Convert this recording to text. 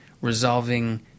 resolving